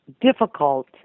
difficult